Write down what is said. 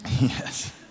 Yes